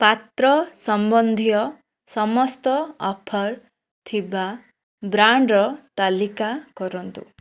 ପାତ୍ର ସମ୍ବନ୍ଧୀୟ ସମସ୍ତ ଅଫର୍ ଥିବା ବ୍ରାଣ୍ଡ୍ର ତାଲିକା କରନ୍ତୁ